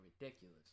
ridiculous